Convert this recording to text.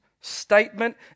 statement